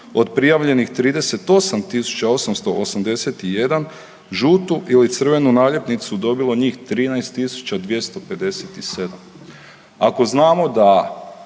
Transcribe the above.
od prijavljenih 38 tisuća 881 žutu ili crvenu naljepnicu dobilo njih 13 tisuća 257. Ako znamo da